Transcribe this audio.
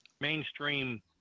mainstream